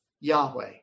Yahweh